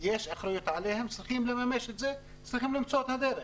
יש אחריות עליהן והן צריכות לממש את זה ולמצוא את הדרך.